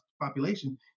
population